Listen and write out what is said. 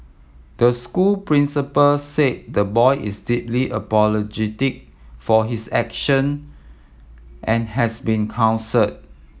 the school principal said the boy is deeply apologetic for his action and has been counselled